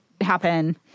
happen